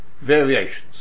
Variations